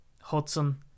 Hudson